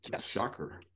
Shocker